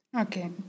Okay